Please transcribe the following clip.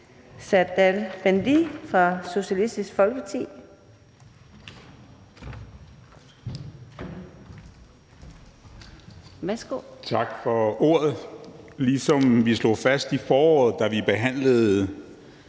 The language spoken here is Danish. Serdal Benli fra Socialistisk Folkeparti.